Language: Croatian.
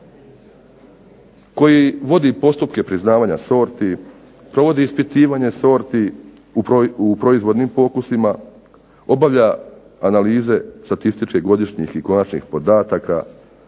koji vodi postupke priznavanja sorti, provodi ispitivanje sorti u proizvodnim pokusima, obavlja analize statističkih godišnjih i konačnih podataka,